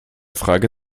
frage